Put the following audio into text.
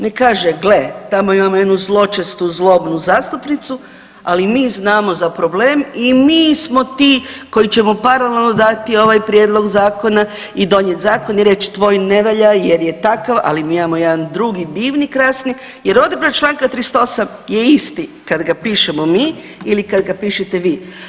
Nek kaže, gle, tamo imamo jednu zločestu, zlobnu zastupnicu, ali mi znamo za problem i mi smo ti koji ćemo paralelno dati ovaj Prijedlog zakona i donijeti zakon i reći tvoj ne valja jer je takav, ali mi imamo jedan drugi, divni, krasni jer odredba čl. 38 je isti kad ga pišemo mi ili kad ga pišete vi.